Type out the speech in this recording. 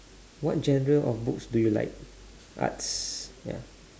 what genre of books do you like arts ya